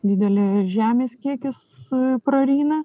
didelį žemės kiekį su praryna